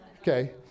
Okay